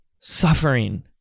suffering